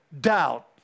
doubt